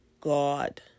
God